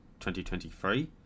2023